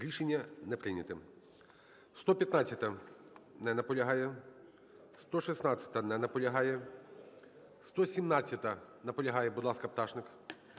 Рішення не прийнято. 115-а. Не наполягає. 116-а. Не наполягає. 117-а. Наполягає. Будь ласка, Пташник.